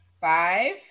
Five